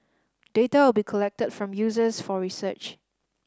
data will be collected from users for research